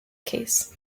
case